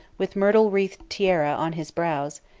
with myrtle-wreathed tiara on his brows,